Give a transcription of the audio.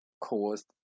caused